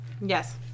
yes